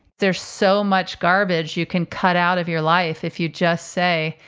there's so much garbage you can cut out of your life if you just say,